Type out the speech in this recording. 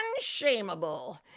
Unshameable